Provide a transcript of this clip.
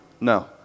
No